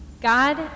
God